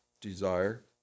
desire